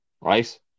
right